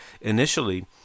initially